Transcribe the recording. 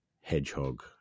hedgehog